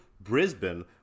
Brisbane